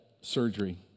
surgery